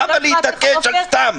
למה להתעקש סתם?